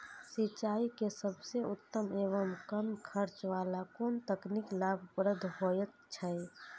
सिंचाई के सबसे उत्तम एवं कम खर्च वाला कोन तकनीक लाभप्रद होयत छै?